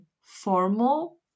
formal